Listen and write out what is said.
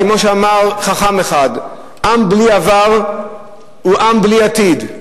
כמו שאמר חכם אחד: עם בלי עבר הוא עם בלי עתיד,